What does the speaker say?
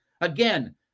Again